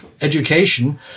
education